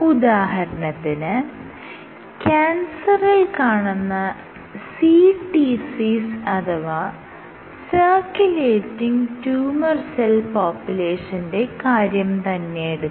ഉദാഹരണത്തിന് ക്യാൻസറിൽ കാണുന്ന CTCs അഥവാ സർക്യൂലേറ്റിങ് ട്യൂമർ സെൽ പോപ്പുലേഷന്റെ കാര്യം തന്നെ എടുക്കാം